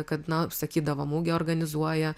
kad na sakydavo mugę organizuoja